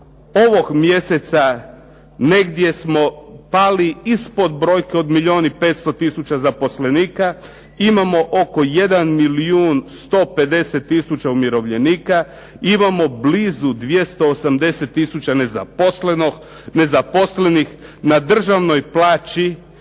ovog mjeseca negdje smo pali ispod brojke od milijun i 500000 zaposlenika. Imamo oko 1 milijun 150000 umirovljenika. Imamo blizu 280000 nezaposlenih na državnoj plaći